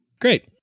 Great